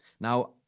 Now